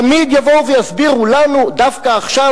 תמיד יבואו ויסבירו לנו: דווקא עכשיו,